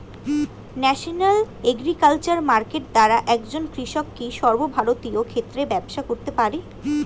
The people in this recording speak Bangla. ন্যাশনাল এগ্রিকালচার মার্কেট দ্বারা একজন কৃষক কি সর্বভারতীয় ক্ষেত্রে ব্যবসা করতে পারে?